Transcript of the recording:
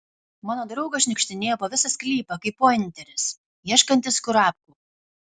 mano draugas šniukštinėjo po visą sklypą kaip pointeris ieškantis kurapkų